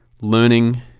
learning